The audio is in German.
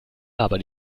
aber